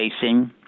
facing